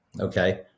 okay